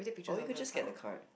oh you could just get the card